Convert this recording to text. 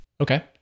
Okay